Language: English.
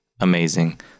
Amazing